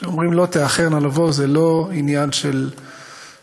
כשאומרים "לא תאחרנה לבוא" זה לא עניין של שנה,